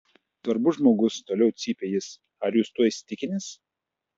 svarbus žmogus toliau cypė jis ar jūs tuo įsitikinęs